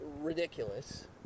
ridiculous